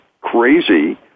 crazy